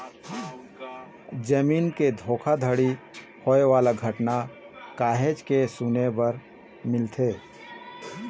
जमीन के धोखाघड़ी होए वाला घटना काहेच के सुने बर मिलथे